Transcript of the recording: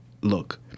look